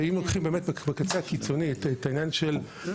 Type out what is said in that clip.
ואם לוקחים את נקודת הקיצון בתחום הרפואה